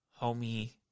homie